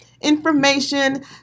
information